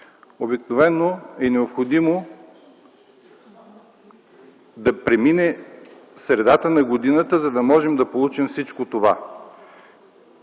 обикновено е необходимо да премине средата на годината, за да можем да получим всичко това.